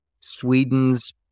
Sweden's